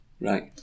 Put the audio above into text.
Right